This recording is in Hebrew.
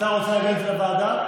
אתה רוצה דיון בוועדה?